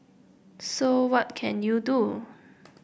so what can you do